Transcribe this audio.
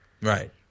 right